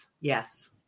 Yes